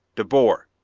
de boer!